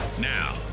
Now